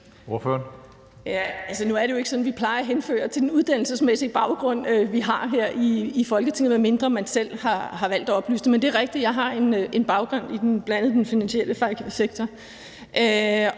Nu er det jo ikke sådan, at vi plejer at henvise til den uddannelsesmæssige baggrund, man har som medlem i Folketinget, medmindre man selv har valgt at oplyse det. Men det er rigtigt, at jeg bl.a. har en baggrund i den finansielle sektor,